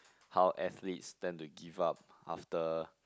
how athletics tend to give up after